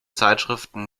zeitschriften